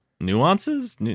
nuances